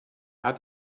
hat